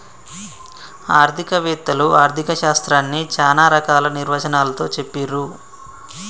ఆర్థిక వేత్తలు ఆర్ధిక శాస్త్రాన్ని చానా రకాల నిర్వచనాలతో చెప్పిర్రు